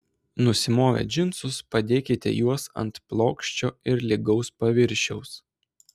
nusimovę džinsus padėkite juos ant plokščio ir lygaus paviršiaus